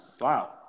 Wow